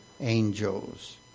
angels